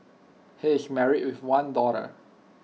he is married with one daughter